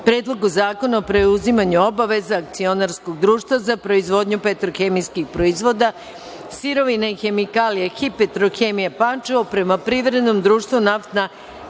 Predlogu zakona o preuzimanju obaveza akcionarskog društva za proizvodnju petrohemijskih proizvoda, sirovina i hemikalija „HIP – Petrohemija“, Pančevo, prema privrednom društvu „Naftna